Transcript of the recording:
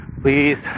Please